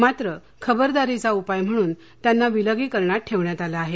मात्र खबरदारीचा उपाय म्हणून त्यांना विलगीकरणात ठेवण्यात आलं आहे